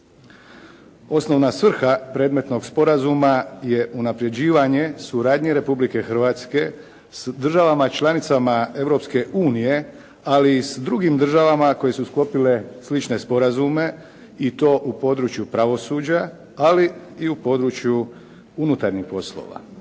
Osnovna svrha predmetnog sporazuma je unapređivanje suradnje Republike Hrvatske s državama članicama Europske unije ali i s drugim državama koje su sklopile slične sporazume i to u području pravosuđa, ali i u području unutarnjih poslova.